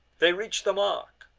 they reach'd the mark.